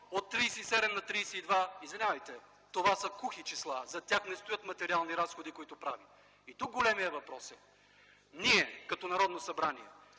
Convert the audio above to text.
от 37 на 32. Извинявайте, това са кухи числа. Зад тях не стоят материални разходи, които прави. Тук големият въпрос е: ние като Народно събрание